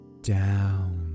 down